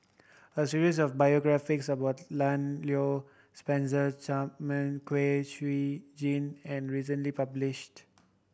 a series of biographies about Lan Loy Spencer Chapman Kwek Siew Jin and recently published